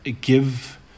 give